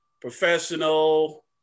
professional